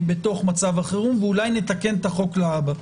בתוך מצב החירום ואולי נתקן את החוק להבא.